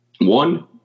one